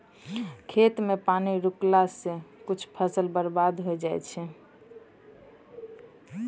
खेत मे पानी रुकला से कुछ फसल बर्बाद होय जाय छै